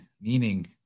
meaning